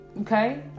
Okay